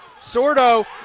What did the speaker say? Sordo